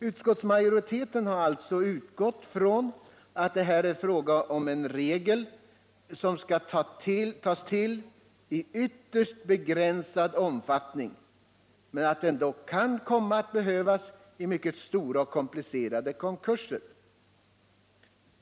Utskottsmajoriteten har också utgått från att det här är fråga om en regel som man skall tillgripa i ytterst begränsad omfattning, men att den kan komma att behövas i samband med mycket stora och komplicerade konkurser.